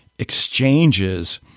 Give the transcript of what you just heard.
exchanges